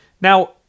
Now